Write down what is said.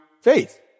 faith